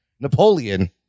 Napoleon